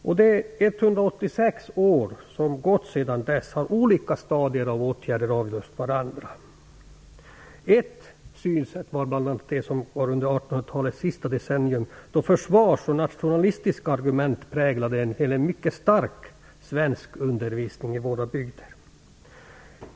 Under de 186 år som gått sedan dess har olika stadier av åtgärder avlöst varandra. Ett synsätt var bl.a. det som rådde under 1800-talets sista decennium, då försvars och nationalistiska argument ledde till en mycket stark svenskundervisning i våra bygder.